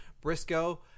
briscoe